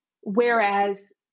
whereas